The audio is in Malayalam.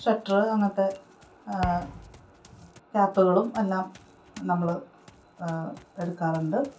സ്വെറ്റര് അങ്ങനത്തെ ക്യാപ്പുകളുമെല്ലാം നമ്മള് എടുക്കാറുണ്ട്